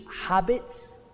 habits